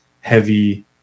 heavy